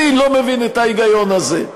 אני לא מבין את ההיגיון הזה.